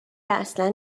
اصلا